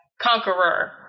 Conqueror